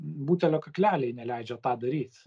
butelio kakleliai neleidžia tą daryt